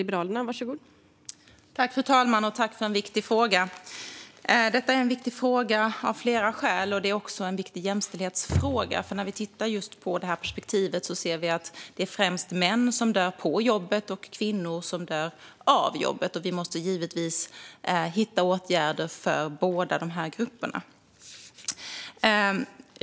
Fru talman! Jag tackar för en fråga som är viktig av flera skäl. Det är också en viktig jämställdhetsfråga. När vi tittar på det ser vi att det är främst män som dör på jobbet och främst kvinnor som dör av jobbet. Vi måste givetvis hitta åtgärder för båda grupperna.